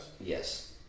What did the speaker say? Yes